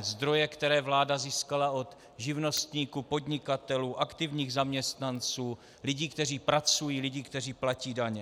Zdroje, které vláda získala od živnostníků, podnikatelů, aktivních zaměstnanců, lidí, kteří pracují, lidí, kteří platí daně.